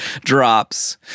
drops